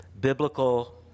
biblical